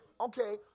Okay